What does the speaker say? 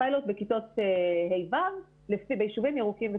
פיילוט בכיתות ה'-ו' ביישובים ירוקים וצהובים.